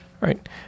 right